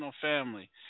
family